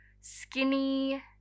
skinny